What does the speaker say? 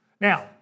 Now